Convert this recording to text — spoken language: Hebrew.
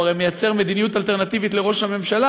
הוא הרי מייצר מדיניות אלטרנטיבית לראש הממשלה